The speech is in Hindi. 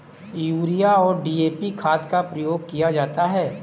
यूरिया और डी.ए.पी खाद का प्रयोग किया जाता है